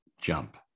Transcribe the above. jump